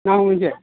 औ औ दे